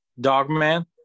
Dogman